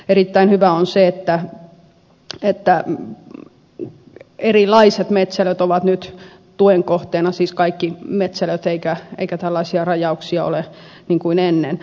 erittäin hyvä on se että erilaiset metsälöt ovat nyt tuen kohteena siis kaikki metsälöt eikä ole tällaisia rajauksia niin kuin ennen